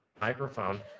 microphone